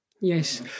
Yes